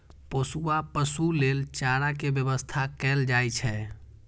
पोसुआ पशु लेल चारा के व्यवस्था कैल जाइ छै